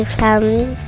family